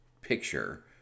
picture